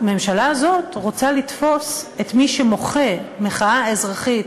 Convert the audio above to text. הממשלה הזאת רוצה לתפוס את מי שמוחה מחאה אזרחית,